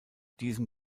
diesem